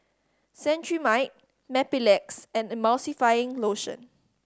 Cetrimide Mepilex and Emulsying Motion